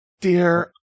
Dear